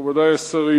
מכובדי השרים,